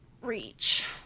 reach